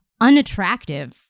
unattractive